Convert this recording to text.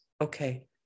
okay